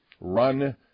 run